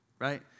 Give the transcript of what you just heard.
right